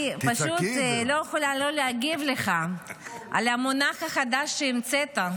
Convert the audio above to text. -- אני פשוט לא יכולה לא להגיב לך על המונח החדש שהמצאת,